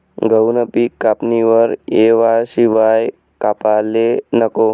गहूनं पिक कापणीवर येवाशिवाय कापाले नको